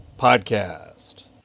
Podcast